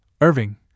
Irving